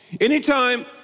Anytime